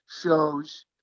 shows